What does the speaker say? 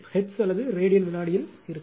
hertz அல்லது ரேடியன்வினாடிக்கு இருக்கும்